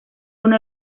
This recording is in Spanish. uno